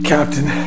Captain